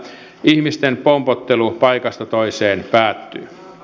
ihmisten pompottelu paikasta toiseen päättyy